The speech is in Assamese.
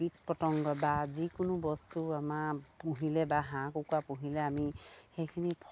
কীট পতংগ বা যিকোনো বস্তু আমাৰ পুহিলে বা হাঁহ কুকুৰা পুহিলে আমি সেইখিনি